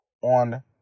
on